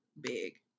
big